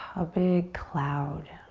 a big cloud